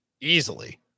easily